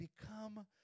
become